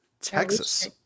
Texas